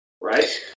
right